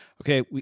Okay